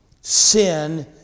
Sin